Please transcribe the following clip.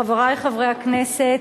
חברי חברי הכנסת,